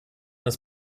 des